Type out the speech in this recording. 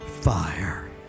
fire